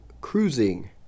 Cruising